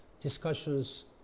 discussions